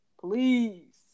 please